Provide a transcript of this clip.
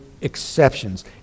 exceptions